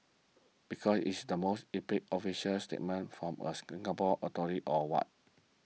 because is the most epic official statement from a Singapore authority or what